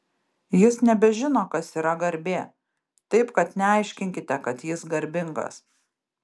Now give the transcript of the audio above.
jis nebežino kas yra garbė taip kad neaiškinkite kad jis garbingas